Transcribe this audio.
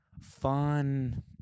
fun